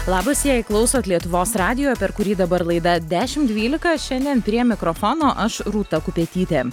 labas jei klausot lietuvos radijo per kurį dabar laida dešim dvylika šiandien prie mikrofono aš rūta kupetytė